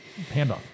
handoff